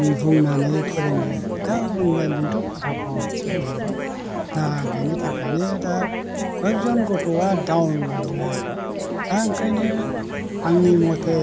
बुंनानै फोरोङो दा अनलाइनजों फथाफथसो बुंहरो दा बिनि थाखायनो दा खय एकजन गथ'आ डाउन जायो आरो दा ओंखायनो आंनि मथे